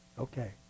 Okay